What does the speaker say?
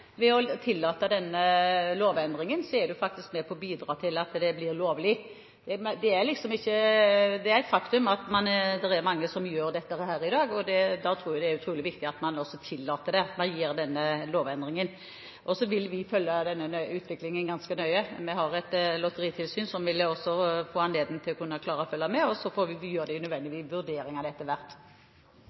Ved å tillate denne lovendringen er en faktisk med på å bidra til at det blir lovlig. Det er et faktum at det er mange som gjør dette i dag, og da tror jeg det er utrolig viktig at man også tillater det ved å gjøre denne lovendringen. Så vil vi følge utviklingen ganske nøye. Vi har et lotteritilsyn som også vil få anledning til å følge med, og så får vi gjøre de nødvendige vurderingene etter hvert. Som sagt, jeg skal ikke overdrive, men jeg synes det er litt rart at man bruker argumentet at det